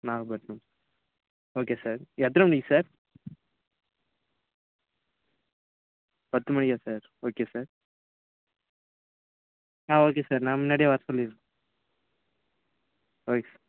Nagapattinam okay sir எத்தனை மணிக்கு sir பத்து மணிக்கா சார் ஓகே சார் ஆ ஓகே சார் நான் முன்னாடியே வர சொல்லிடுறேன் ஓகே சார்